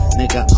nigga